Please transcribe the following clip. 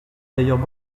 d’ailleurs